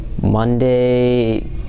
Monday